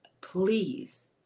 please